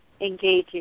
engaging